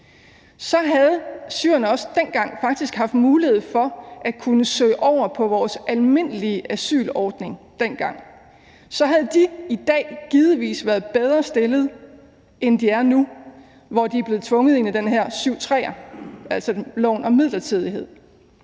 så havde syrerne faktisk også haft mulighed for at kunne søge over på vores almindelige asylordning, og så havde de i dag givetvis været bedre stillet, end de er nu, hvor de er blevet tvunget ind i den her § 7, stk. 3, altså, reglen om midlertidighed.